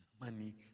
money